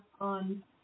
on